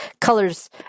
colors